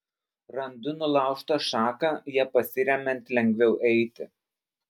randu nulaužtą šaką ja pasiremiant lengviau eiti